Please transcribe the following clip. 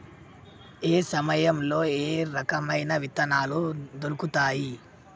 ఏయే సమయాల్లో ఏయే రకమైన విత్తనాలు దొరుకుతాయి?